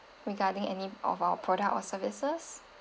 regarding any of our product or services